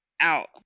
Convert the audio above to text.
out